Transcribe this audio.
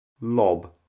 lob